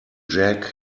jack